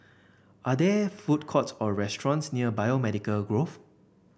are there food courts or restaurants near Biomedical Grove